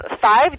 five